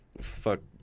fuck